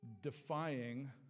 defying